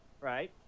right